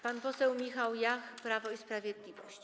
Pan poseł Michał Jach, Prawo i Sprawiedliwość.